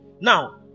Now